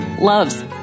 loves